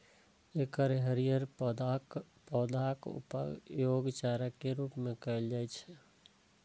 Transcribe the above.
एकर हरियर पौधाक उपयोग चारा के रूप मे कैल जाइ छै